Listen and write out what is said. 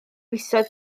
fisoedd